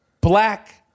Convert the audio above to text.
black